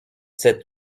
sept